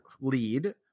lead